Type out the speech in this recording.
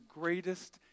greatest